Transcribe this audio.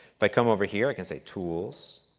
if i come over here, i can say tools,